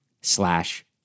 slash